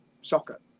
soccer